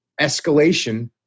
escalation